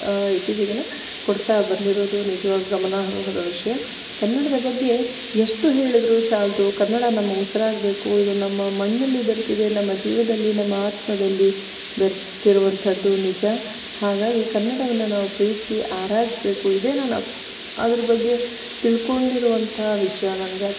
ಇತ್ತೀಚೆಗಲ್ಲಾ ಕೊಡ್ತಾ ಬಂದಿರೋದು ನಿಜವಾಗ್ಲೂ ಗಮನಾರ್ಹವಾದ ವಿಷಯ ಕನ್ನಡದ ಬಗ್ಗೆ ಎಷ್ಟು ಹೇಳಿದ್ರೂ ಸಾಲದು ಕನ್ನಡ ನಮ್ಮ ಉಸಿರಾಗಬೇಕು ಇದು ನಮ್ಮ ಮಣ್ಣಲ್ಲಿ ಬೆರ್ತಿದೆ ನಮ್ಮ ಜೀವದಲ್ಲಿ ನಮ್ಮ ಆತ್ಮದಲ್ಲಿ ಬೆರ್ತಿರುವಂಥದ್ದು ನಿಜ ಹಾಗಾಗಿ ಕನ್ನಡವನ್ನು ನಾವು ಪ್ರೀತಿಸಿ ಆರಾಧಿಸಬೇಕು ಇದೇ ನನ್ನ ಅದರ ಬಗ್ಗೆ ತಿಳ್ಕೊಂಡಿರುವಂಥ ವಿಷಯ ನನಗೆ